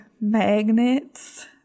magnets